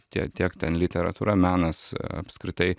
tie tiek ten literatūra menas apskritai